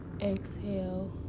Exhale